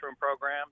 program